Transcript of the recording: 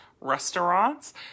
restaurants